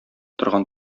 торган